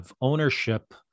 ownership